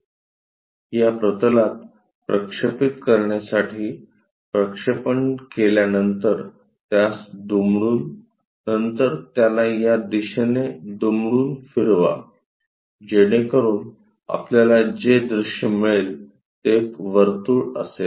या प्रतलात प्रक्षेपित करण्यासाठी प्रक्षेपण केल्यानंतर त्यास दुमडून नंतर त्याला या दिशेने दुमडून फिरवा जेणेकरुन आपल्याला जे दृश्य मिळेल ते एक वर्तुळ असेल